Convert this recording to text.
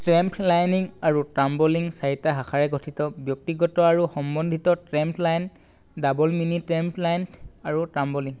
trampolining আৰু tumbling চাৰিটা শাখাৰে গঠিত ব্যক্তিগত আৰু সমন্ধিত ট্ৰেম্প'লাইন ডাবল মিনি ট্ৰেম্প'লাইন আৰু টাম্বলিং